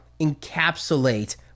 encapsulate